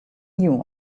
new